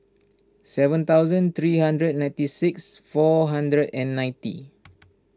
seven thousand three hundred and ninety six four hundred and ninety